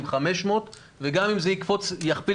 מתכוון